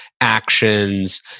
actions